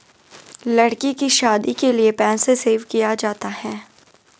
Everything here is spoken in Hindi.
लड़की की शादी के लिए पैसे सेव किया जाता है